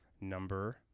number